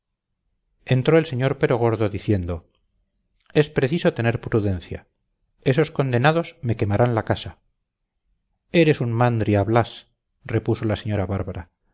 entró el sr perogordo diciendo es preciso tener prudencia esos condenados me quemaran la casa eres un mandria blas repuso la señora bárbara